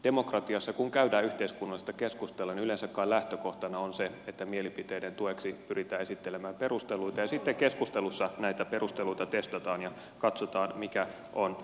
demokratiassa kun käydään yhteiskunnallista keskustelua niin yleensä kai lähtökohtana on se että mielipiteiden tueksi pyritään esittelemään perusteluita ja sitten keskustelussa näitä perusteluita testataan ja katsotaan mikä on vankin